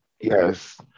Yes